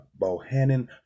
bohannon